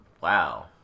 Wow